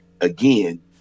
again